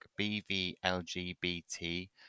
BVLGBT